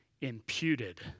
imputed